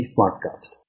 Smartcast